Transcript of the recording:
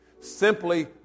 simply